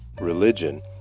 religion